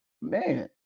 man